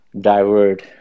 divert